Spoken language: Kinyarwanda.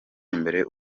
imbere